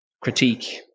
critique